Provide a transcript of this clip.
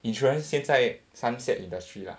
insurance 现在 sunset industry lah